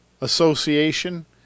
Association